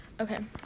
Okay